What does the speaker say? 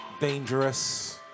Dangerous